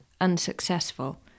unsuccessful